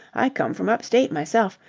i come from up-state myself.